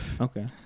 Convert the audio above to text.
Okay